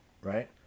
right